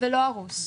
ולא הרוס,